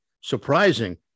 surprising